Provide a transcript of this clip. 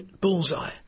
bullseye